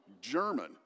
German